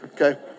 Okay